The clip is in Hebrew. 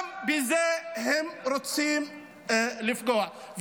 גם בזה הם רוצים לפגוע.